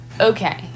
okay